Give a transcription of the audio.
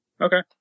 Okay